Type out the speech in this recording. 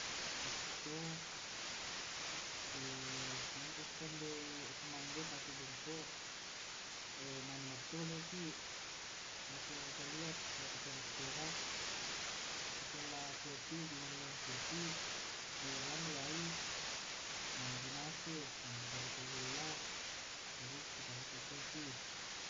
Terus to mangka ki kande kumande pake bongko mane mattole'ki lako salean lako teras teras, sola kopi di garagang kopi dialang wai mane dinasu dmane di parokkoi golla terus di parokkoi kopi